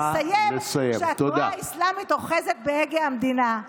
נסיים כשהתנועה האסלאמית אוחזת בהגה המדינה.